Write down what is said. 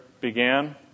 began